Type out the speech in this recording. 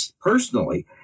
personally